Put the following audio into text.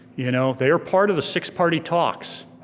you know they were part of the six party talks,